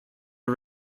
are